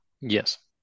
Yes